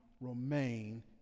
remain